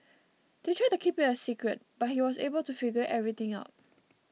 they tried to keep it a secret but he was able to figure everything out